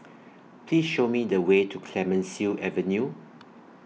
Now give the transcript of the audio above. Please Show Me The Way to Clemenceau Avenue